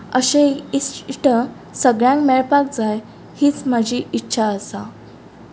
अशे इस इश्ट सगळ्यांक मेळपाक जाय हीच म्हजी इच्छा आसा